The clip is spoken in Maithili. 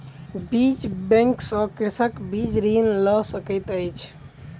बीज बैंक सॅ कृषक बीज ऋण लय सकैत अछि